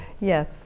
yes